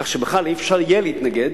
כך שבכלל אי-אפשר יהיה להתנגד,